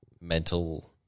mental